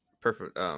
perfect